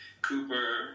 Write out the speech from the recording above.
Cooper